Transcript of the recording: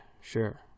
sure